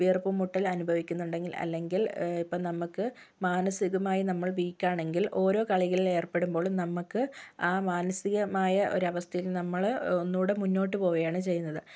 വീർപ്പുമുട്ടൽ അനുഭവിക്കുന്നുണ്ടെങ്കിൽ അല്ലെങ്കിൽ ഇപ്പം നമുക്ക് മാനസികമായി നമ്മൾ വീക്കാണെങ്കിൽ ഓരോ കളികളിൽ ഏർപ്പെടുമ്പോളും നമുക്ക് ആ മാനസികമായ ഒരവസ്ഥയിൽ നിന്നും നമ്മള് ഒന്നും കൂടെ മുന്നോട്ട് പോവുകയാണ് ചെയ്യുന്നത്